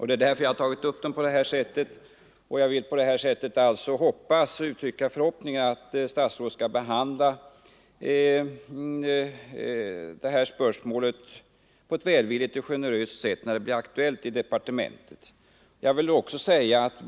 Det är därför jag har tagit upp den på det här sättet, och jag vill uttrycka förhoppningen att statsrådet skall behandla detta spörsmål på ett välvilligt och generöst sätt när det blir aktuellt i departementet.